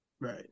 Right